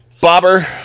Bobber